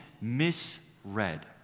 misread